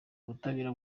ubutabera